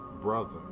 brother